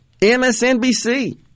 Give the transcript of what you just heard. MSNBC